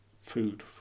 food